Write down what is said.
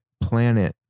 planet